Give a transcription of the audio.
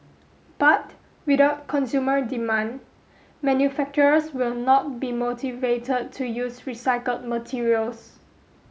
but without consumer demand manufacturers will not be motivated to use recycled materials